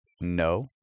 no